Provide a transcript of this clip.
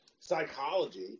psychology